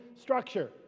structure